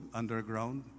underground